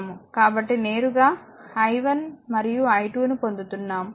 కాబట్టి నేరుగా i1 మరియు i2 ను పొందుతున్నాను